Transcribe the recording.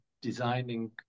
designing